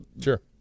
sure